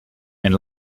and